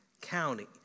county